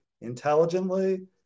intelligently